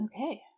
Okay